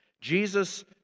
Jesus